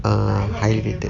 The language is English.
err high rated